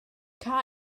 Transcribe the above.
car